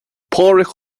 pádraic